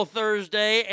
Thursday